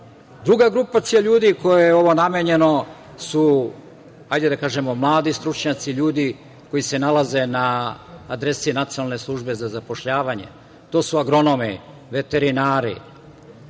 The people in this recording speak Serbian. kući. Druga grupacija ljudi kojoj je ovo namenjeno su, ajde da kažemo, mladi stručnjaci, ljudi koji se nalaze na adresi Nacionalne službe za zapošljavanje. To su agronomi, veterinari,